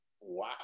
wow